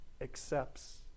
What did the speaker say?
accepts